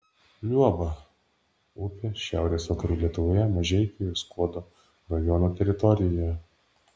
luoba upė šiaurės vakarų lietuvoje mažeikių ir skuodo rajonų teritorijoje